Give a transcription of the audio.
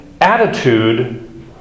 attitude